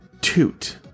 toot